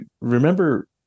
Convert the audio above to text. remember